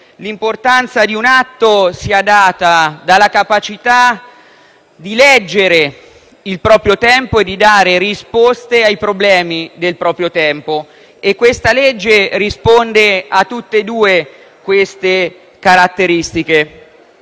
l'importanza di un atto sia data dalla capacità di leggere il proprio tempo e di dare risposte ai problemi del proprio tempo e il disegno di legge in esame risponde a tutte e due queste caratteristiche.